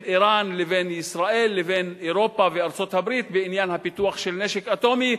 אירן לבין ישראל ולבין אירופה וארצות-הברית בעניין הפיתוח של נשק אטומי,